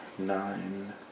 Nine